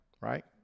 Right